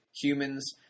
humans